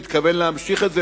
והתכוון להמשיך את זה,